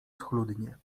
schludnie